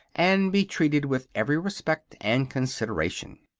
and be treated with every respect and consideration.